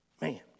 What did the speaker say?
Man